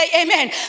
amen